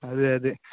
ಅದೇ ಅದೇ